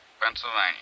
Pennsylvania